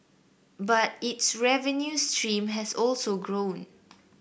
but its revenue stream has also grown